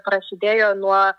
prasidėjo nuo